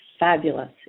fabulous